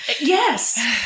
Yes